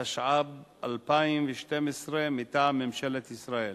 התשע"ב 2012, מטעם ממשלת ישראל.